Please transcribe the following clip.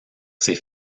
ses